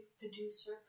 producer